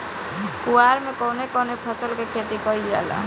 कुवार में कवने कवने फसल के खेती कयिल जाला?